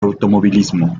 automovilismo